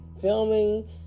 filming